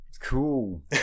Cool